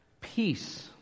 Peace